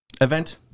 event